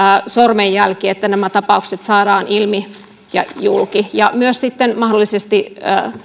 sormenjälki että nämä tapaukset saadaan ilmi ja julki ja niistä myös mahdollisesti